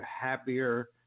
happier